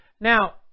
Now